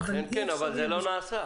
אכן כן, אבל זה לא נעשה.